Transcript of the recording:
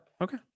okay